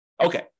Okay